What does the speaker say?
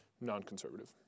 non-conservative